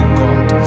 God